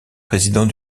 président